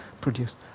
produce